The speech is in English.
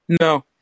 No